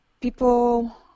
people